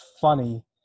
funny